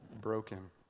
broken